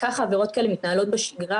וכך עבירות כאלה מתנהלות בשגרה,